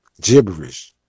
Gibberish